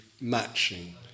matching